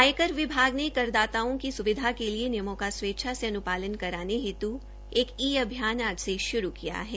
आयकर विभाग ने करदाताओं की सुविधा के लिए नियमों का स्वेच्छा से अनुपालन कराने हेतु एक ई अभियान आज से शुरू किया है